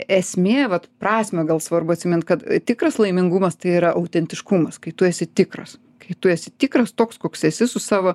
esmė vat prasmę gal svarbu atsimint kad tikras laimingumas tai yra autentiškumas kai tu esi tikras kai tu esi tikras toks koks esi su savo